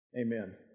amen